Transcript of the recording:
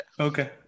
Okay